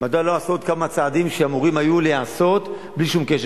הם עדיין לא עשו עוד כמה צעדים שאמורים היו להיעשות בלי שום קשר.